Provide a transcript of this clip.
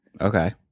Okay